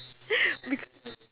bec~